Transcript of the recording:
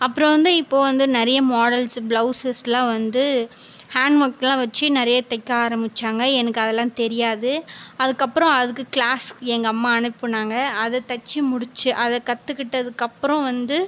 அப்புறம் வந்து இப்போது வந்து நிறைய மாடல்ஸ் பிளவுஸஸ்லாம் வந்து ஹேண்ட் வொர்க்லாம் வச்சு நிறைய தைக்க ஆரம்பிச்சாங்க எனக்கு அதெலாம் தெரியாது அதுக்கப்புறம் அதுக்கு கிளாஸ் எங்கள் அம்மா அனுப்பினாங்க அதை தச்சு முடித்து அதை கற்றுக்கிட்டதுக்கப்புறம் வந்து